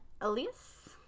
Elias